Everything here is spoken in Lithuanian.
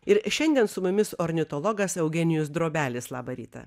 ir šiandien su mumis ornitologas eugenijus drobelis labą rytą